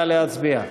נא להצביע.